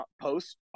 post